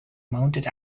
mounted